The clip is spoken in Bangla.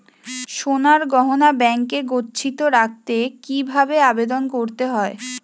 সোনার গহনা ব্যাংকে গচ্ছিত রাখতে কি ভাবে আবেদন করতে হয়?